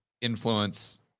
influence